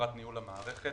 בחברת ניהול המערכת,